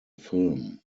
film